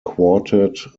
quartet